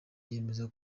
yemeza